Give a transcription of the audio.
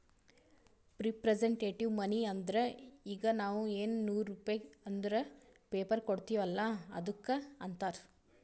representative money ಅಂದುರ್ ಈಗ ನಾವ್ ಎನ್ ನೂರ್ ರುಪೇ ಅಂದುರ್ ಪೇಪರ್ ಕೊಡ್ತಿವ್ ಅಲ್ಲ ಅದ್ದುಕ್ ಅಂತಾರ್